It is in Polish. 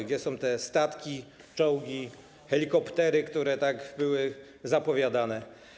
Gdzie są te statki, czołgi, helikoptery, które tak były zapowiadane?